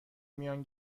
میان